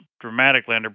dramatically